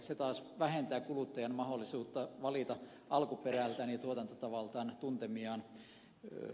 se taas vähentää kuluttajan mahdollisuutta valita alkuperältään ja tuotantotavaltaan tuntemiaan tuotteita